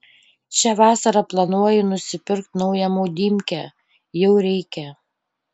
šią vasarą planuoju nusipirkt naują maudymkę jau reikia